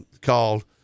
called